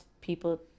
people